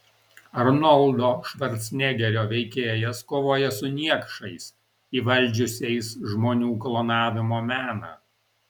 arnoldo švarcnegerio veikėjas kovoja su niekšais įvaldžiusiais žmonių klonavimo meną